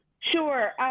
Sure